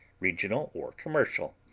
regional or commercial.